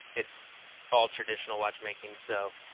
it's all traditional watchmaking. so,